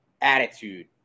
attitude